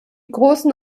großen